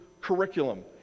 curriculum